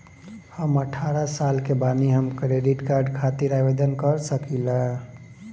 हम अठारह साल के बानी हम क्रेडिट कार्ड खातिर आवेदन कर सकीला?